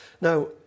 Now